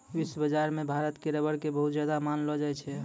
विश्व बाजार मॅ भारत के रबर कॅ बहुत अच्छा मानलो जाय छै